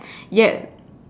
yet